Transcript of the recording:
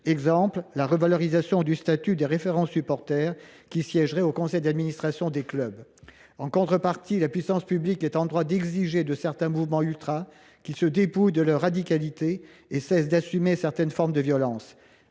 exemple, ne pas revaloriser le statut des référents supporters ? Ces derniers pourraient siéger au conseil d’administration des clubs. En contrepartie, la puissance publique est en droit d’exiger de certains mouvements ultras qu’ils se dépouillent de leur radicalité et cessent d’assumer certaines formes de violences.